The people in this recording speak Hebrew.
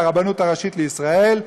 היא הרבנות הראשית לישראל,